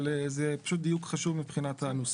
אבל זה פשוט דיוק חשוב מבחינת הנוסח.